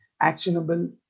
actionable